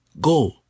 go